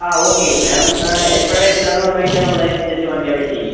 ആ okay madam എപ്പോഴാണ് എത്തുക എന്ന് പറഞ്ഞ് കഴിഞ്ഞാൽ നമ്മൾ അതിനനുസരിച്ച് വണ്ടി അവിടെ എത്തിയിരിക്കും